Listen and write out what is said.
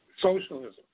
Socialism